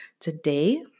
today